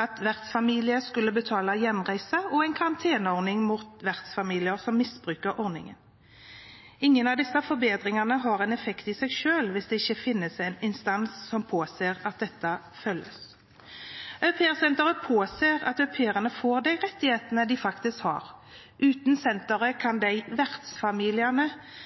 at vertsfamilie skulle betale hjemreise, og en karanteneordning mot vertsfamilier som misbruker ordningen. Ingen av disse forbedringene har en effekt i seg selv, hvis det ikke finnes en instans som påser at dette følges. Au Pair Center påser at au pair-ene får de rettighetene de faktisk har. Uten senteret kan de vertsfamiliene